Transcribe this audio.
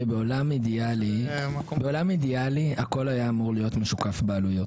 בעולם אידיאלי הכל היה אמור להיות משוקף בעלויות.